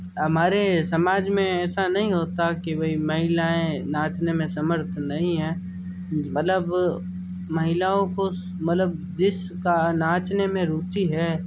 हमारे समाज में ऐसा नहीं होता कि भई महिलाएँ नाचने में समर्थ नहीं हैं मतलब महिलाओं को मतलब जिसका नाचने में रुचि है